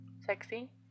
Sexy